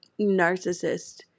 narcissist